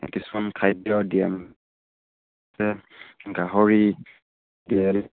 কিছুমান খাদ্য দিয়ে যে গাহৰি দিয়ে